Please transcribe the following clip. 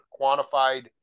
quantified